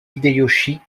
hideyoshi